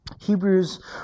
Hebrews